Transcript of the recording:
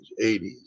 80s